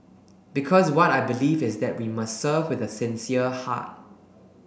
because what I believe is that we must serve with a sincere heart